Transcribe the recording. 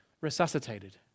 resuscitated